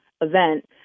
event